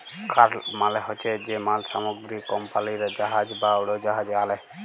cargo মালে হছে যে মাল সামগ্রী কমপালিরা জাহাজে বা উড়োজাহাজে আলে